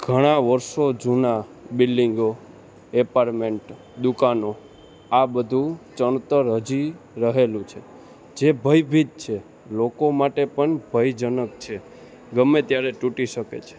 ઘણા વર્ષો જૂના બિલ્ડીંગો એપાર્મેન્ટ દુકાનો આ બધું ચણતર હજી રહેલું છે જે ભયભીત છે લોકો માટે પણ ભયજનક છે ગમે ત્યારે તૂટી શકે છે